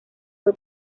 fue